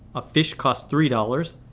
a fish costs three dollars,